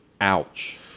Ouch